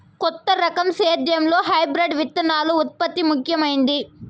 కొత్త రకం సేద్యంలో హైబ్రిడ్ విత్తనాల ఉత్పత్తి ముఖమైంది